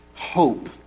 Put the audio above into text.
Hope